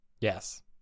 Yes